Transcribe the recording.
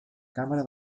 càmera